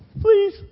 Please